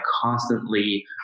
constantly